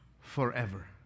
forever